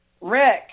Rick